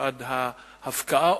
בעד ההפקעה,